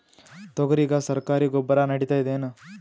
ತೊಗರಿಗ ಸರಕಾರಿ ಗೊಬ್ಬರ ನಡಿತೈದೇನು?